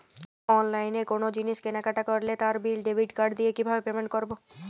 অনলাইনে কোনো জিনিস কেনাকাটা করলে তার বিল ডেবিট কার্ড দিয়ে কিভাবে পেমেন্ট করবো?